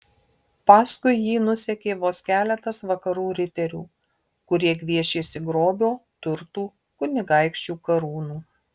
paskui jį nusekė vos keletas vakarų riterių kurie gviešėsi grobio turtų kunigaikščių karūnų